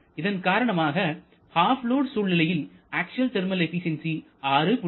இதன் காரணமாக half load சூழ்நிலையில் அக்சுவல் தெர்மல் எபிசென்சி 6